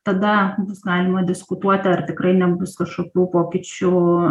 tada bus galima diskutuoti ar tikrai nebus kažkokių pokyčių